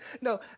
No